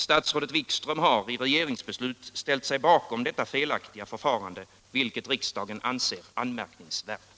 Statsrådet Wikström har i regeringsbeslut ställt sig bakom detta felaktiga förfarande, vilket riksdagen anser anmärkningsvärt.”